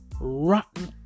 rotten